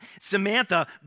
Samantha